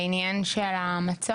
בעניין של המצוק?